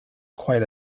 quite